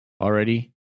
already